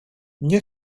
nie